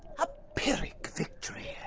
a pyrrhic victory,